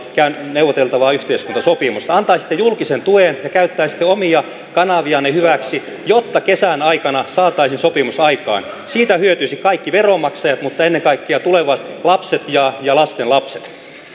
neuvoteltavaa yhteiskuntasopimusta antaisitte julkisen tuen ja käyttäisitte omia kanavianne hyväksi jotta kesän aikana saataisiin sopimus aikaan siitä hyötyisivät kaikki veronmaksajat mutta ennen kaikkea tulevaisuudessa lapset ja ja lastenlapset